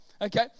okay